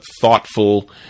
thoughtful